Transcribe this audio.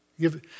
give